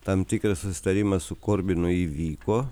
tam tikras susitarimas su korbinu įvyko